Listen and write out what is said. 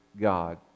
God